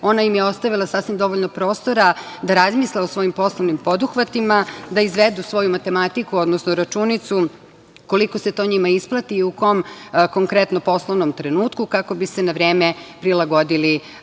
ona im je ostavila sasvim dovoljno prostora da razmisle o svojim poslovnim poduhvatima, da izvedu svoju matematiku, odnosno računicu koliko se to njima isplati i u kom konkretno poslovnom trenutku, kako bi se na vreme prilagodili